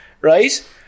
right